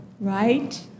right